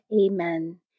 Amen